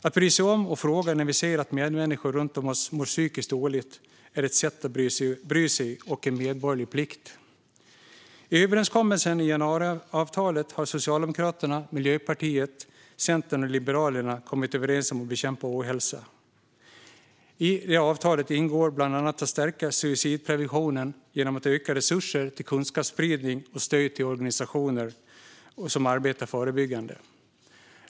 Att bry sig om och fråga när vi ser att medmänniskor runt om oss mår psykiskt dåligt är ett sätt att bry sig, och det är en medborgerlig plikt. I januariavtalet har Socialdemokraterna, Miljöpartiet, Centern och Liberalerna kommit överens om att bekämpa ohälsa. I avtalet ingår bland annat att stärka suicidprevention genom ökade resurser till kunskapsspridning och stöd till organisationer som arbetar förebyggande.